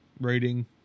rating